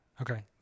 Okay